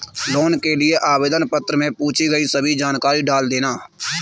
loan के लिए आवेदन पत्र में पूछी गई सभी जानकारी डाल देना